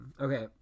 Okay